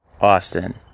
Austin